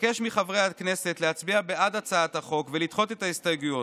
אבקש מחברי הכנסת להצביע בעד הצעת החוק ולדחות את ההסתייגויות.